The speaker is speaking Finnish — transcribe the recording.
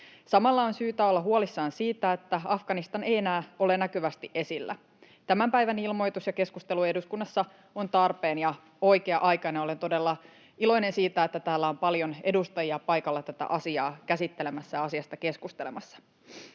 Samalla on syytä olla huolissaan siitä, että Afganistan ei enää ole näkyvästi esillä. Tämän päivän ilmoitus ja keskustelu eduskunnassa on tarpeen ja oikea-aikainen. Olen todella iloinen siitä, että täällä on paljon edustajia paikalla tätä asiaa käsittelemässä ja asiasta keskustelemassa.